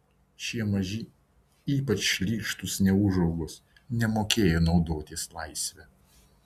šie maži ypač šlykštūs neūžaugos nemokėjo naudotis laisve